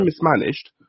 mismanaged